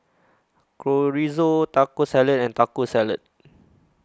Chorizo Taco Salad and Taco Salad